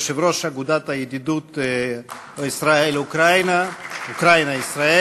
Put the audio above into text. יושב-ראש אגודת הידידות אוקראינה ישראל,